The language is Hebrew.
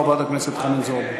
חברת הכנסת חנין זועבי.